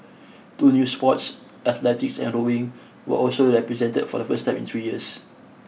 two new sports athletics and rowing were also represented for the first time in three years